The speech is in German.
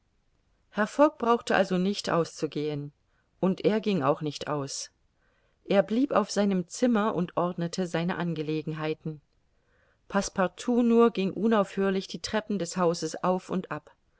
fogg brauchte also nicht auszugehen und er ging auch nicht aus er blieb auf seinem zimmer und ordnete seine angelegenheiten passepartout nur ging unaufhörlich die treppen des hauses auf und ab